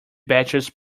batches